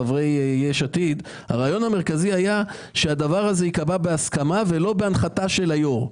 חברי יש עתיד שהדבר הזה ייקבע בהסכמה ולא בהנחתה של היו"ר.